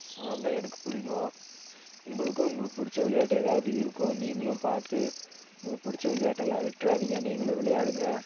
அதனால் தான் எனக்கு பிடிக்கும் உங்களுக்கும் உங்களுக் பிடிச்ச விளையாட்டு எதாவது இருக்கும் நீங்களும் பார்த்து உங்களுக்கு பிடிச்ச விளையாட்டெல்லாம் விட்டுறாதிங்க நீங்களும் விளையாடுங்க